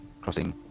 Crossing